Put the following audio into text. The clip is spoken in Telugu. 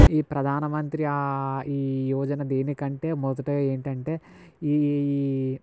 ఈ ప్రధానమంత్రి ఈ యువజన దేనికంటే మొదటగా ఏంటంటే ఈ